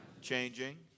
Changing